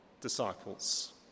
disciples